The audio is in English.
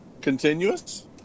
Continuous